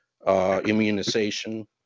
Immunization